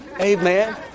Amen